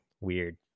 weird